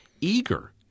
eager